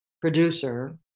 producer